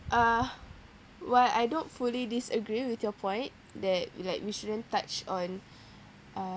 uh while I don't fully disagree with your point that we like we shouldn't touch on uh